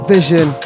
Vision